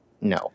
No